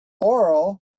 Oral